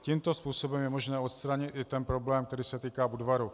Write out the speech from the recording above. Tímto způsobem je možné odstranit i ten problém, který se týká Budvaru.